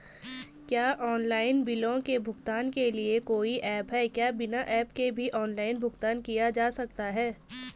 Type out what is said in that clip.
क्या ऑनलाइन बिलों के भुगतान के लिए कोई ऐप है क्या बिना ऐप के भी ऑनलाइन भुगतान किया जा सकता है?